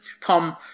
Tom